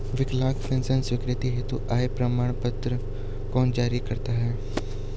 विकलांग पेंशन स्वीकृति हेतु आय प्रमाण पत्र कौन जारी करता है?